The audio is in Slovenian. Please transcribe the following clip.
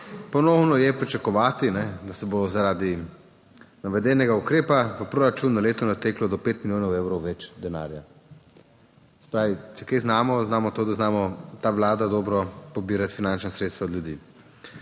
Ponovno je pričakovati, da se bo, zaradi navedenega ukrepa v proračun na leto nateklo do pet milijonov evrov več denarja. Se pravi, če kaj znamo, znamo to, da znamo ta Vlada dobro pobirati finančna sredstva od ljudi.